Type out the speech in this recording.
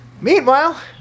Meanwhile